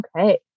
okay